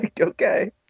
Okay